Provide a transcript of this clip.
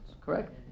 correct